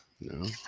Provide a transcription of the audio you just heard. no